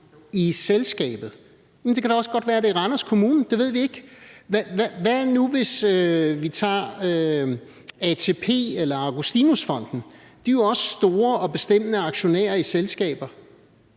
i selskabet. Det kan da også godt være, at det er Randers Kommune; det ved vi ikke. Hvad nu, hvis vi tager ATP eller Augustinus Fonden? De er jo også store og bestemmende aktionærer i selskaber,